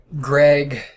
Greg